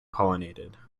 pollinated